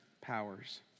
powers